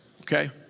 Okay